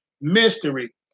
mystery